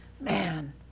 Man